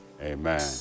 amen